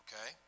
Okay